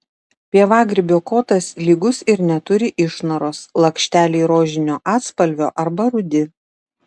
pievagrybio kotas lygus ir neturi išnaros lakšteliai rožinio atspalvio arba rudi